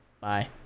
bye